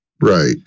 Right